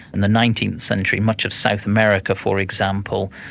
in the nineteenth century, much of south america, for example,